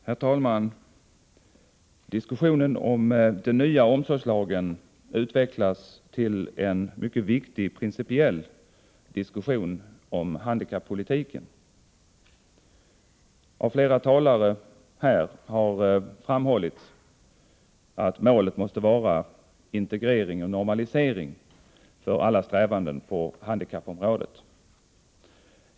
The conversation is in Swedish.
Herr talman! Diskussionen om den nya omsorgslagen utvecklas till en mycket viktig principiell diskussion om handikappolitiken. Av flera talare här har framhållits att målet för alla strävanden på handikappområdet måste vara integrering och normalisering.